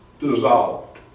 dissolved